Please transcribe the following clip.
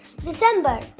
December